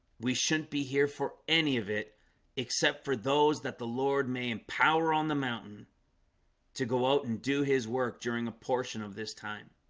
we shouldn't be here for any of it except for those that the lord may empower on the mountain to go out and do his work during a portion of this time